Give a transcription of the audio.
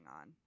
on